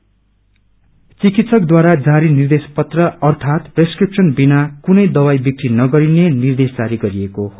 यसैकारण चिकित्सकद्वारा जारी निर्देश पत्र अर्थात प्रेसक्रिप्सन बिना कुनै दवाई बिक्री नगरिने निर्देश जारी गरिएको हो